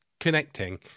connecting